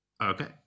Okay